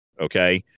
Okay